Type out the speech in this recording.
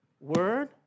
word